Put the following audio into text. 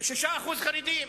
6% חרדים.